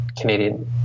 Canadian